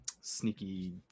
sneaky